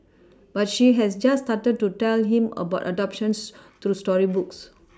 but she has just started to tell him about adoptions through storybooks